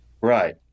Right